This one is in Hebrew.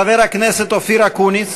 חבר הכנסת אופיר אקוניס